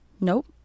Nope